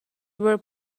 were